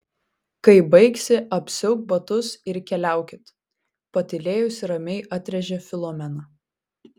kai baigsi apsiauk batus ir keliaukit patylėjusi ramiai atrėžė filomena